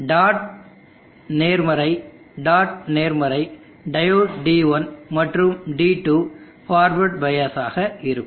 dot நேர்மற dot நேர்மறை diode D1 மற்றும் D2 பார்வேர்ட் பயஸ் ஆக இருக்கும்